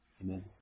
Amen